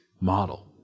Model